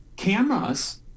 Cameras